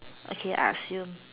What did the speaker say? okay I ask you